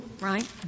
right